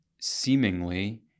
seemingly